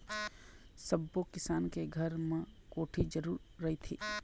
सब्बो किसान के घर म कोठी जरूर रहिथे